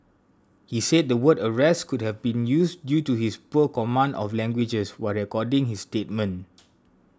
he said the word arrest could have been used due to his poor command of languages while recording his statement